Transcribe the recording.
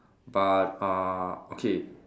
but uh okay